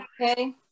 Okay